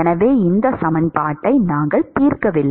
எனவே இந்த சமன்பாட்டை நாங்கள் தீர்க்கவில்லை